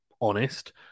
honest